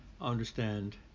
understand